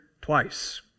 twice